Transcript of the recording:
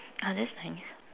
ah that's